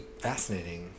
fascinating